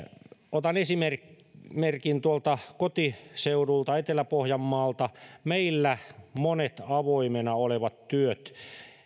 otan esimerkin tuolta kotiseudulta etelä pohjanmaalta meillä monet avoimena olevat työt